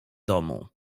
domu